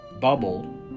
bubble